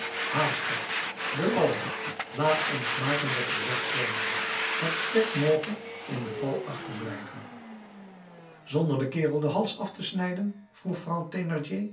haastig de ladder laat ons maken dat we weg komen het spek moge in de val achterblijven zonder den kerel den hals af te snijden vroeg vrouw